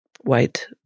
white